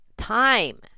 Time